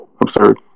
absurd